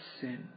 sin